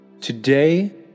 Today